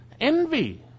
envy